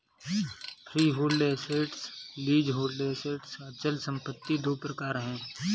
freehold assets, leasehold assets अचल संपत्ति दो प्रकार है